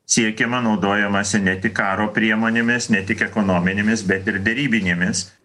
siekiama naudojamasi ne tik karo priemonėmis ne tik ekonominėmis bet ir derybinėmis